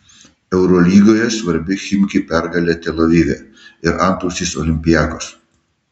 eurolygoje svarbi chimki pergalė tel avive ir antausis olympiakos